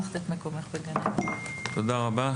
תודה רבה.